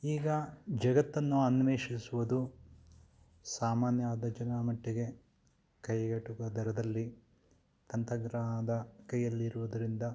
ಈಗ ಜಗತ್ತನ್ನು ಅನ್ವೇಷಿಸುವುದು ಸಾಮಾನ್ಯವಾದ ಜನರ ಮಟ್ಟಿಗೆ ಕೈಗೆಟುಕೋ ದರದಲ್ಲಿ ತಂತ್ರಜ್ಞಾನದ ಕೈಯಲ್ಲಿರುವುದರಿಂದ